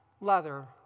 leather